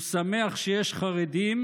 הוא שמח שיש חרדים,